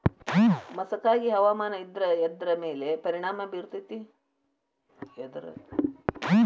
ಮಸಕಾಗಿ ಹವಾಮಾನ ಇದ್ರ ಎದ್ರ ಮೇಲೆ ಪರಿಣಾಮ ಬಿರತೇತಿ?